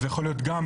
זה יכול להיות גם